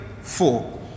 Four